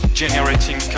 generating